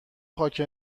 خاک